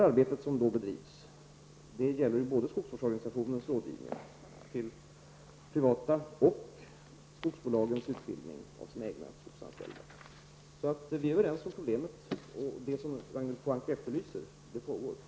Arbetet som bedrivs riktar in sig både på skogsorganisationernas rådgivning till privatpersoner och skogsbolagens utbildning av sina egna anställda. Vi är överens om problemet, och det som Ragnhild Pohanka efterlyser pågår redan.